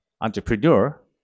entrepreneur